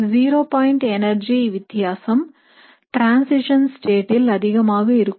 zero point energy வித்தியாசம் transition state ல் அதிகமாக இருக்கும்